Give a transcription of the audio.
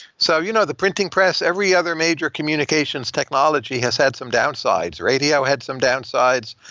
so you know the printing press, every other major communications technology, has had some downsides. radio had some downsides,